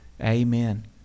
Amen